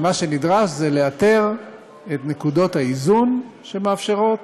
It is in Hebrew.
ומה שנדרש זה לאתר את נקודות האיזון שמאפשרות